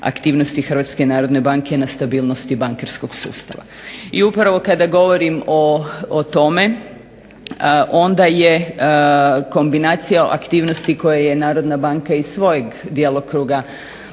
Hrvatske narodne banke na stabilnosti bankarskog sustava. I upravo kada govorim o tome onda je kombinacija aktivnosti koje je Narodna banka iz svojeg djelokruga poduzela